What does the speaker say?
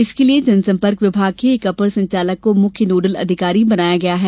इसके लिए जनसंपर्क विभाग के एक अपर संचालक को मुख्य नोडल अधिकारी बनाया गया है